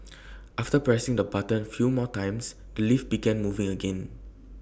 after pressing the button few more times the lift began moving again